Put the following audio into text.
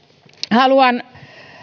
haluan